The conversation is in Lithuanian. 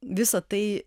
visa tai